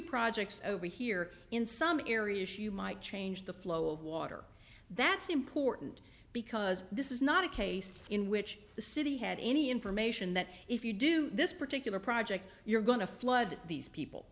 projects over here in some areas you might change the flow of water that's important because this is not a case in which the city had any information that if you do this particular project you're going to flood these people